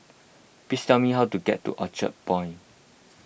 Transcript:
please tell me how to get to Orchard Point